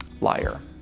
liar